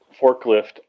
forklift